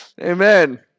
Amen